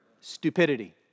stupidity